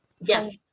Yes